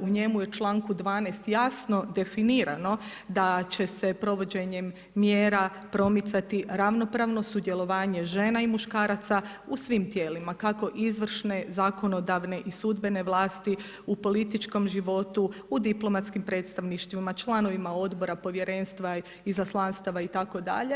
u njemu je u članku 12. jasno definirano da će se provođenjem mjera promicati ravnopravno sudjelovanje žena i muškaraca u svim tijelima kako izvršne, zakonodavne i sudbene vlasti u političkom životu, u diplomatskim predstavništvima, članovima odbora, povjerenstva, izaslanstava itd.